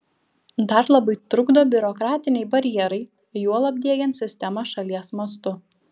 dar labai trukdo biurokratiniai barjerai juolab diegiant sistemą šalies mastu